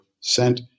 sent